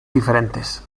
diferentes